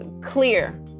clear